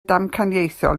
damcaniaethol